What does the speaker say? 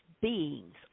beings